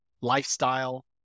lifestyle